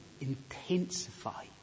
intensify